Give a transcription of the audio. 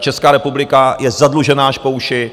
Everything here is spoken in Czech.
Česká republika je zadlužená až po uši.